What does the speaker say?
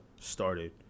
started